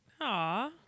Aw